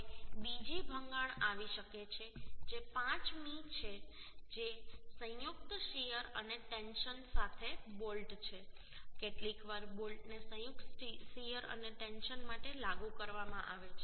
હવે બીજી ભંગાણ આવી શકે છે જે 5મી છે જે સંયુક્ત શીયર અને ટેન્શન સાથે બોલ્ટ છે કેટલીકવાર બોલ્ટને સંયુક્ત શીયર અને ટેન્શન માટે લાગુ કરવામાં આવે છે